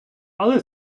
але